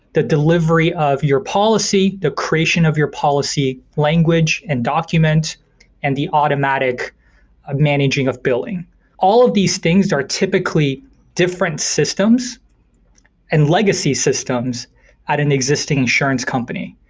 the delivery of your policy, the creation of your policy, language and document and the automatic managing of billing all of these things are typically different systems and legacy systems at an existing insurance company.